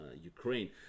Ukraine